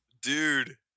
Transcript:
Dude